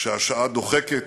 שהשעה דוחקת,